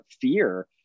fear